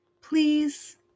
Please